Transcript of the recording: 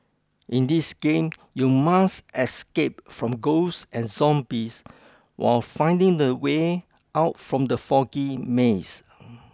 in this game you must escape from ghosts and zombies while finding the way out from the foggy maze